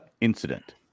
incident